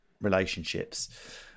relationships